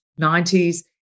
90s